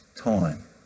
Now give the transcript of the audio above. time